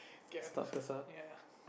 okay lah ya